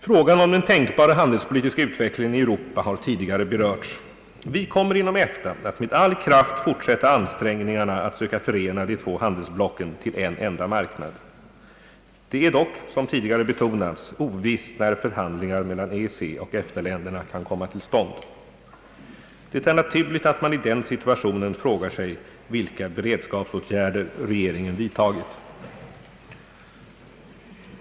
Frågan om den tänkbara handelspolitiska utvecklingen i Europa har tidigare berörts. Vi kommer inom EFTA att med all kraft fortsätta ansträngningarna att söka förena de två handelsblocken till en enda marknad. Det är dock, som tidigare betonats, ovisst när förhandlingar mellan EEC och EFTA-länderna kan komma till stånd. Det är naturligt att man i den situationen frågar sig vilka beredskapsåtgärder regeringen vidtagit.